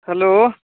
hello